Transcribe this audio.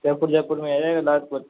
जयपुर जयपुर में है ये या नागपूर